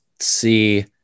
see